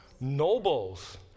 nobles